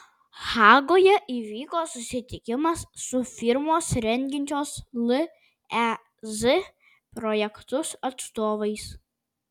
hagoje įvyko susitikimas su firmos rengiančios lez projektus atstovais